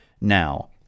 Now